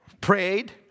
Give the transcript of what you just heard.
prayed